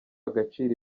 agaciro